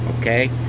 okay